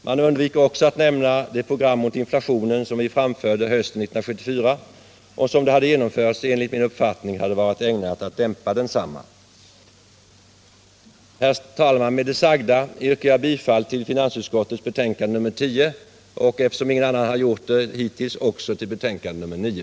Man undviker även att nämna det program mot inflationen som vi framförde hösten 1974 och som, om det hade genomförts, enligt min uppfattning hade varit ägnat att dämpa inflationen. Herr talman! Med det sagda yrkar jag bifall till hemställan i finansutskottets betänkande nr 10, och eftersom ingen annan har gjort det hittills också till hemställan i betänkandet nr 9.